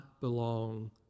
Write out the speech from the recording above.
belong